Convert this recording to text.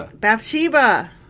Bathsheba